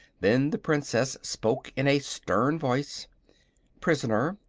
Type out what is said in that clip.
then the princess spoke in a stern voice prisoner,